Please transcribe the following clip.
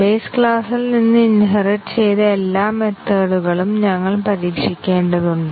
base ക്ലാസിൽ നിന്ന് inherit ചെയ്ത എല്ലാ മെത്തേഡ് കളും ഞങ്ങൾ പരീക്ഷിക്കേണ്ടതുണ്ട്